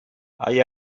hay